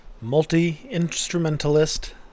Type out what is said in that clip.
Multi-instrumentalist